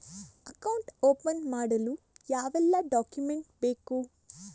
Account open ಮಾಡಲು ಯಾವೆಲ್ಲ document ಬೇಕು?